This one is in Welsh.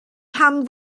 pam